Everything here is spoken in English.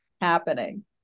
happening